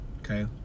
okay